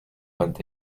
vingt